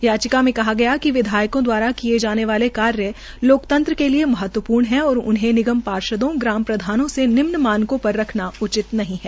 याचिका मे कहा गया कि विधायकों दवारा किये जाने वाले कार्य लोकतंत्र के लिये महत्वपूर्ण है और उन्हें निगम पार्षदों और ग्राम प्रधानों से निम्न मानकों पर रखना उचित नहीं है